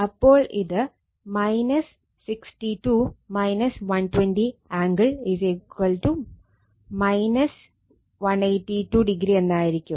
അപ്പോൾ ഇത് 62 120 angle 182o എന്നായിരിക്കും